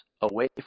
away